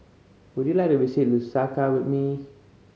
would you like to visit Lusaka with me